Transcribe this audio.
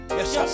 Yes